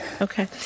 okay